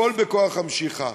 הכול בכוח המשיכה.